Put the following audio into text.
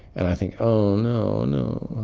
and i think, oh no, no.